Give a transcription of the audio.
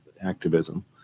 activism